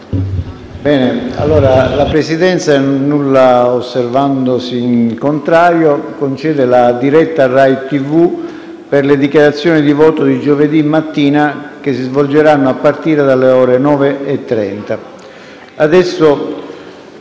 finestra"). La Presidenza, nulla osservandosi in contrario, concede la diretta televisiva per le dichiarazioni di voto di giovedì mattina, che si svolgeranno a partire dalle ore 9,30.